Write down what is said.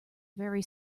very